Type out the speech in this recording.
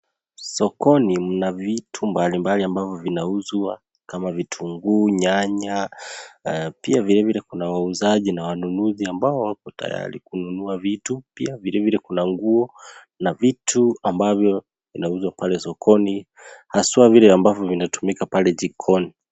Sokoni mna vitu mbalimbali ambavyo vinauzwa kama vitunguu, nyanya, pia vilevile kuna wauzaji na wanunuzi ambao wako tayari kununua vitu, pia vilevile kuna nguo na vitu ambavyo vinauzwa pale sokoni haswa vile ambavyo vinatumika pale jikoni.